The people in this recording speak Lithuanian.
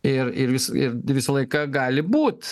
ir ir vis ir visą laiką gali būt